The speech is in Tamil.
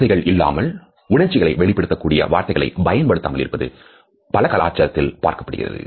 வார்த்தைகள் இல்லாமல் உணர்ச்சிகளை வெளிப்படுத்த கூடிய வார்த்தைகள் பயன்படுத்தாமல் இருப்பது பல கலாச்சாரத்தில் பார்க்கப்படுகிறது